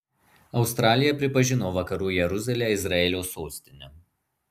australija pripažino vakarų jeruzalę izraelio sostine